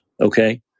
okay